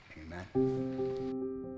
amen